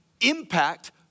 impact